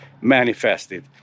manifested